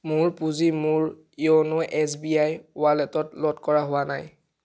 মোৰ পুঁজি মোৰ য়োন' এছ বি আইৰ ৱালেটত ল'ড কৰা হোৱা নাই